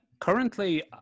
Currently